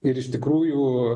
ir iš tikrųjų